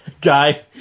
guy